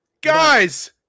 Guys